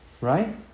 right